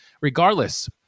regardless